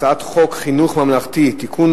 הצעת חוק חינוך ממלכתי (תיקון,